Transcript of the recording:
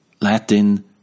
Latin